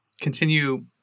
continue